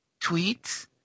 tweets